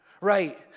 Right